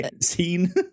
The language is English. scene